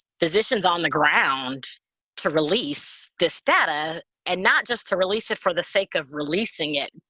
physicians on the ground to release this data and not just to release it for the sake of releasing it,